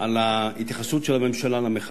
על ההתייחסות של הממשלה למחאה.